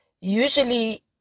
usually